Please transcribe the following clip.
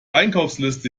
einkaufsliste